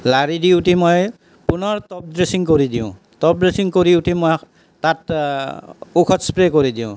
লৰাই দিওঁতে মই পুনৰ টপ ড্ৰেছিং কৰি দিওঁ টপ ড্ৰেছিং কৰি উঠি মই তাত ঔষধ স্প্ৰে কৰি দিওঁ